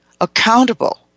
accountable